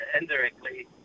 indirectly